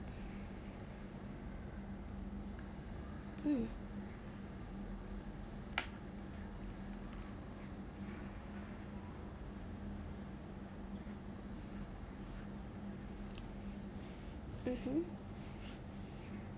mm mmhmm